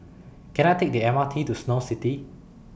Can I Take The M R T to Snow City